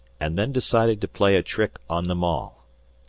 and then decided to play a trick on them all.